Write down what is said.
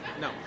No